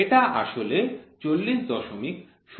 এটা আসলে ৪০০০২ মিলিমিটার